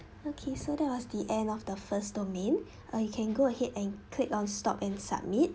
okay so that was the end of the first domain uh you can go ahead and click on stop and submit